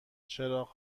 چراغ